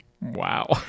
Wow